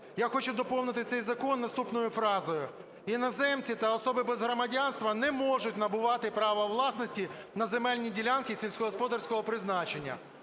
Я хочу доповнити цей закон наступною фразою: "Іноземці та особи без громадянства не можуть набувати право власності на земельні ділянки сільськогосподарського призначення".